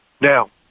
Now